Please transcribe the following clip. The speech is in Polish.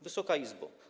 Wysoka Izbo!